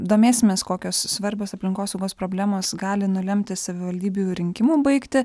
domėsimės kokios svarbios aplinkosaugos problemos gali nulemti savivaldybių rinkimų baigtį